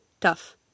Tough